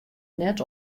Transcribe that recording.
net